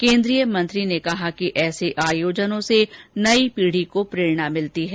केन्द्रीय मंत्री ने कहा कि ऐसे आयोजनों से नई पीढ़ी को प्रेरणा मिलती है